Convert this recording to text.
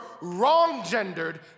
wrong-gendered